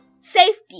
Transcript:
Safety